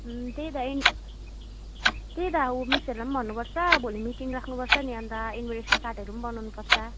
त्यही त यिनी त्यही त उ मिसहरूलाई पनि भन्नुपर्छ भोलि मिटिङ राख्नुपर्छ नि अन्त इङ्लिस चार्टहरू पनि बनाउनुपर्छ